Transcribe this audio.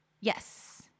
Yes